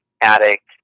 addict